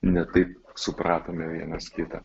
ne taip supratome vienas kitą